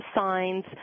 signs